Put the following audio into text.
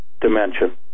dimension